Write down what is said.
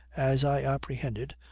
as i apprehended,